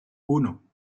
uno